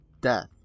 death